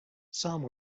some